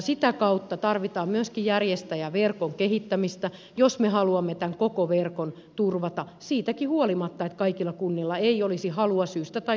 sitä kautta tarvitaan myöskin järjestäjäverkon kehittämistä jos me haluamme tämän koko verkon turvata siitäkin huolimatta että kaikilla kunnilla ei olisi halua syystä tai toisesta enää lukiokoulutusta järjestää